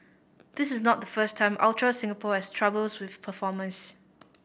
this is not the first time Ultra Singapore has troubles with performers